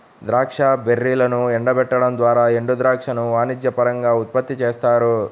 ద్రాక్ష బెర్రీలను ఎండబెట్టడం ద్వారా ఎండుద్రాక్షను వాణిజ్యపరంగా ఉత్పత్తి చేస్తారు